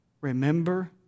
remember